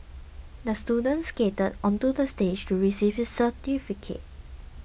the student skated onto the stage to receive his certificate